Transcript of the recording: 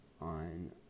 on